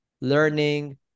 learning